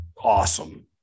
awesome